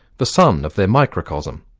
the sun of their microcosm,